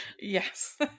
Yes